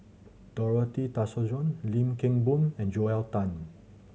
Dorothy Tessensohn Lim Kim Boon and Joel Tan